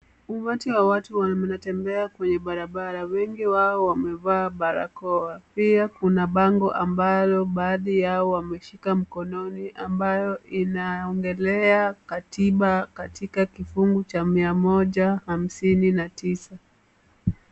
Umati wa watu wanatembea kwenye barabara wengi wao wamevaa barakoa, pia kuna bango ambalo baadhi yao wameshika mkononi ambayo inaongelea katiba katika kifungu cha mia moja hamsini na tisa.